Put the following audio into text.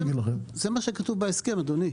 זה מה שכתוב בהסכם, אדוני.